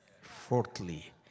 Fourthly